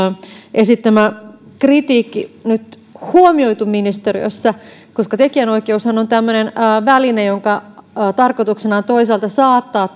esittämä kritiikki nyt huomioitu ministeriössä tekijänoikeushan on tämmöinen väline jonka tarkoituksena on toisaalta saattaa